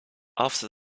after